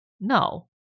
no